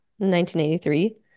1983